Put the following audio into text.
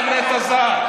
אתה דיקטטור, אתה נטע זר.